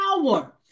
power